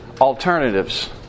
alternatives